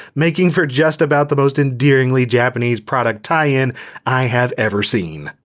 making for just about the most endearingly japanese product tie-in i have ever seen.